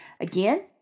again